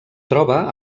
troba